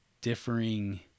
differing